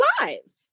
lives